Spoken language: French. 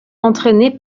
entraînée